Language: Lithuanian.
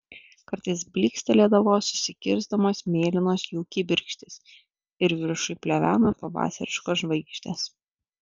kartais blykstelėdavo susikirsdamos mėlynos jų kibirkštys ir viršuj pleveno pavasariškos žvaigždės